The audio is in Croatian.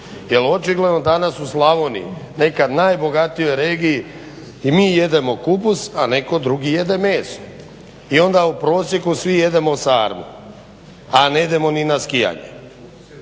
jer očigledno danas u Slavoniji nekad najbogatijoj regiji i mi jedemo kupus, a netko drugi jede meso. I onda u prosjeku svi jedemo sarmu, a ne idemo ni na skijanje.